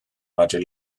maidir